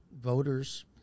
voters